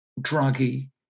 druggy